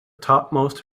topmost